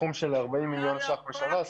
סכום של 40 מיליון שקלים בשנה.